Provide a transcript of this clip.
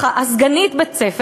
סגנית בית-הספר,